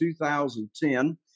2010